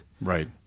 Right